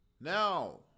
Now